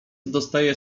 dostaje